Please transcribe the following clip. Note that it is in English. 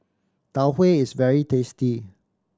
Tau Huay is very tasty